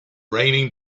raining